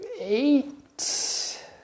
Eight